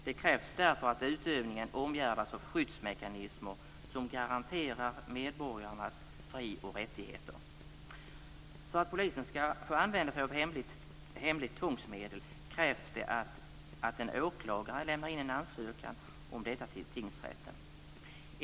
Det krävs därför att utövningen omgärdas av skyddsmekanismer som garanterar medborgarnas fri och rättigheter. För att polisen ska få använda sig av hemligt tvångsmedel krävs det att en åklagare lämnar in en ansökan om detta till tingsrätten.